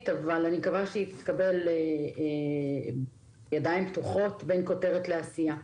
אבל אני מקווה שהיא תתקבל בידיים פתוחות בין כותרת לעשייה.